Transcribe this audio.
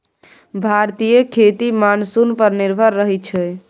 भारतीय खेती मानसून पर निर्भर रहइ छै